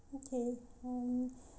okay um uh